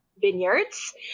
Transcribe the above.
vineyards